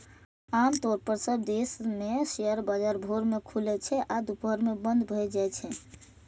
आम तौर पर सब देश मे शेयर बाजार भोर मे खुलै छै आ दुपहर मे बंद भए जाइ छै